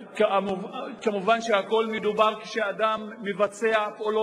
מידע, התשס"ט 2009, של חבר הכנסת חנא